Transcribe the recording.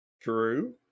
True